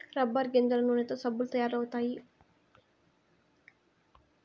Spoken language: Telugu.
రబ్బర్ గింజల నూనెతో సబ్బులు తయారు అవుతాయి